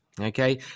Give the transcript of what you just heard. Okay